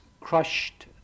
crushed